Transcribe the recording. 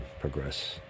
progress